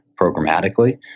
programmatically